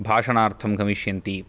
भाषणार्थं गमिष्यन्ति